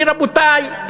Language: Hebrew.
כי, רבותי,